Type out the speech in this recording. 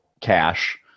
cash